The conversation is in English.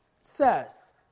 says